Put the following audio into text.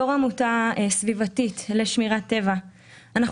בתור עמותה סביבתית לשמירת טבע אנחנו